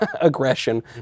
aggression